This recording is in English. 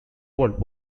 world